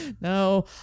No